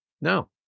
No